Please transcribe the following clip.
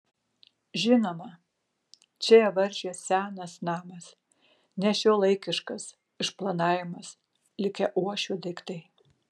žinoma čia ją varžė senas namas nešiuolaikiškas išplanavimas likę uošvių daiktai